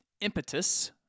impetus